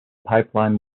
pipeline